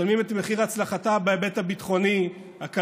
הם משלמים את מחיר הצלחתה בהיבט הביטחוני, הכלכלי,